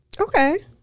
Okay